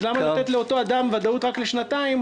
אז למה לתת לאותו אדם ודאות רק לשנתיים?